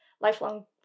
lifelong